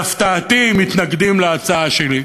להפתעתי, מתנגדים להצעה שלי,